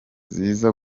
ziza